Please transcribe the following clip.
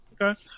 Okay